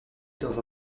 dans